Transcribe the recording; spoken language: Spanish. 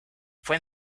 fue